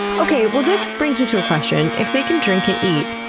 okay, well this brings me to a question. if they can drink and eat,